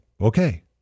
okay